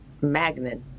magnet